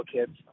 Kids